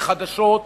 לחדשות.